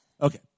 Okay